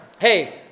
Hey